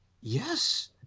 Yes